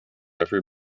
every